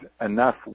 enough